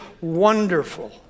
wonderful